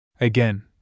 Again